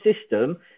system